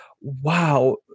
wow